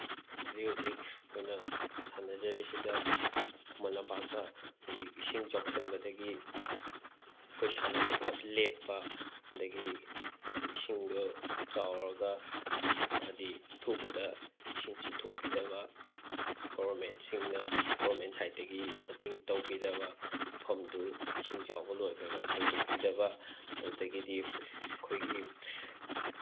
ꯍꯧꯖꯤꯛ ꯍꯧꯖꯤꯛ ꯑꯩꯈꯣꯏꯅ ꯁꯥꯟꯅꯖꯔꯤꯁꯤꯗ ꯈꯨꯃꯟ ꯂꯝꯄꯥꯛꯇ ꯍꯧꯖꯤꯛ ꯏꯁꯤꯡ ꯆꯥꯎꯁꯤꯟꯕꯗꯒꯤ ꯑꯩꯈꯣꯏ ꯁꯥꯟꯅꯕ ꯄꯨꯂꯞ ꯂꯦꯞꯄ ꯑꯗꯒꯤ ꯏꯁꯤꯡꯗꯣ ꯆꯥꯎꯔꯒ ꯍꯥꯏꯗꯤ ꯑꯊꯨꯕꯗ ꯏꯁꯤꯡ ꯆꯤꯡꯊꯣꯛꯄꯤꯗꯕ ꯒꯣꯕꯔꯃꯦꯟꯁꯤꯡꯅ ꯒꯣꯔꯃꯦꯟ ꯁꯥꯏꯠꯇꯒꯤ ꯃꯇꯦꯡ ꯇꯧꯕꯤꯗꯕ ꯃꯐꯝꯗꯨ ꯏꯁꯤꯡ ꯆꯥꯎꯕ ꯂꯣꯏꯈ꯭ꯔꯒ ꯁꯦꯡꯇꯣꯛꯄꯤꯗꯕ ꯑꯗꯨꯗꯒꯤꯗꯤ ꯑꯩꯈꯣꯏꯒꯤ